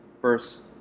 first